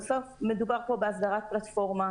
בסוף, מדובר פה בהסדרת פלטפורמה.